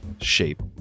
shape